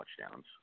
touchdowns